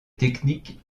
techniques